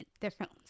different